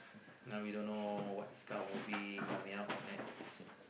now we don't know what this kind of movie coming out next